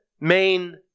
main